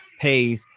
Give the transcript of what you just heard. pays